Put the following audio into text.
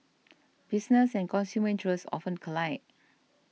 business and consumer interests often collide